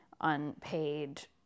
unpaid